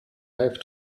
have